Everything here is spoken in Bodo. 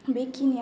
बेखिनियानो